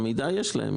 את המידע יש להם.